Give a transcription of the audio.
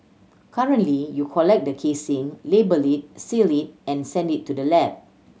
currently you collect the casing label it seal it and send it to the lab